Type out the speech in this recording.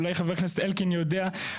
אולי חבר הכנסת אלקין יודע,